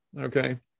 Okay